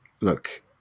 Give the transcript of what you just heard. look